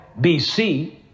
BC